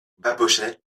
babochet